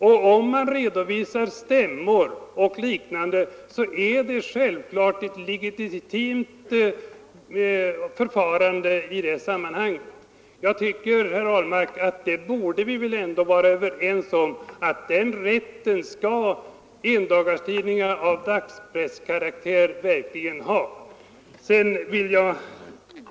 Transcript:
Om de redovisar stämmor osv., är det naturligtvis ett legitimt förfarande i det sammanhanget. Vi borde väl ändå vara överens, herr Ahlmark, om att den rätten skall endagstidningar av dagspresskaraktär ha liksom andra tidningar.